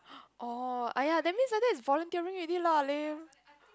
oh ah ya that means like that is volunteering already lame